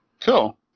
Cool